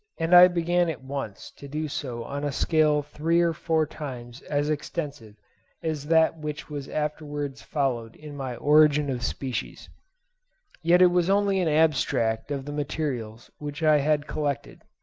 and i began at once to do so on a scale three or four times as extensive as that which was afterwards followed in my origin of species yet it was only an abstract of the materials which i had collected,